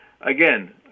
Again